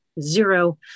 zero